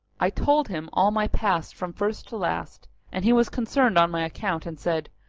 i told him all my past from first to last and he was concerned on my account and said,